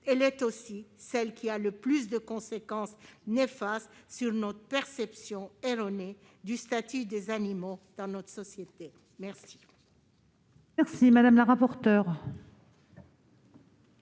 elle est aussi celle qui a le plus de conséquences néfastes sur notre perception erronée du statut des animaux dans notre société. »